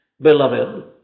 Beloved